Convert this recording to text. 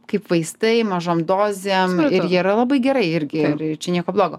kaip vaistai mažom dozėm ir jie yra labai gerai irgi čia nieko blogo